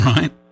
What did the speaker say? Right